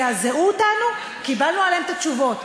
שזעזעו אותנו, וקיבלנו עליהם תשובות.